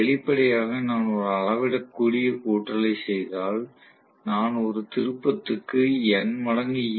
வெளிப்படையாக நான் ஒரு அளவிடக்கூடிய கூட்டலை செய்தால் நான் ஒரு திருப்பத்துக்கு N மடங்கு ஈ